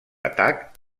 atac